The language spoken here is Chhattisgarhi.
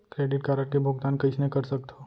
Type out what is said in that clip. क्रेडिट कारड के भुगतान कइसने कर सकथो?